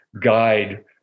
guide